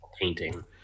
painting